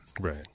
Right